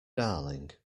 darling